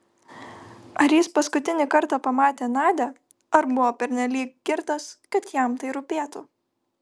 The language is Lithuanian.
ar jis paskutinį kartą pamatė nadią ar buvo pernelyg girtas kad jam tai rūpėtų